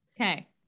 Okay